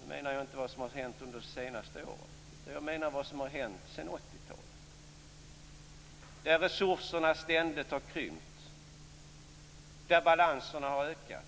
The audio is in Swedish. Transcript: Jag menar inte vad som har hänt under de senaste åren, utan jag menar vad som har hänt sedan 80-talet. Resurserna har ständigt krympt, balanser har ökat,